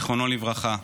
זיכרונו לברכה,